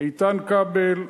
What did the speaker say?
איתן כבל,